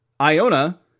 Iona